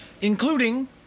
including